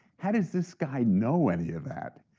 how does this guy know any of that?